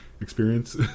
experience